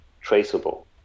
traceable